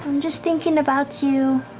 um just thinking about you